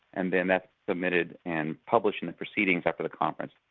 and then that's submitted, and published in the proceedings after the conference.